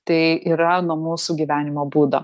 tai yra nuo mūsų gyvenimo būdo